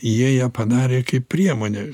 jie ją padarė kaip priemonę